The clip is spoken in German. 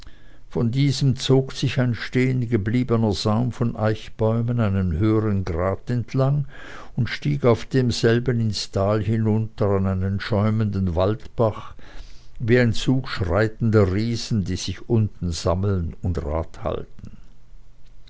von diesem zog sich ein stehengebliebener saum von eichbäumen einen höhern grat entlang und stieg auf demselben ins tal herunter an einen schäumenden waldbach wie ein zug schreitender riesen die sich unten sammeln und rat halten